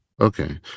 Okay